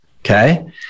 okay